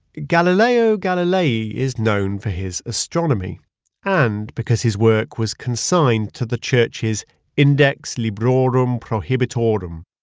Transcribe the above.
galileo galilei is known for his astronomy and because his work was consigned to the church's index librorum prohibitorum,